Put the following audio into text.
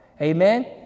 Amen